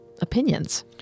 opinions